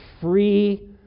free